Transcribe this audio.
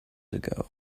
ago